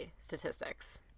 statistics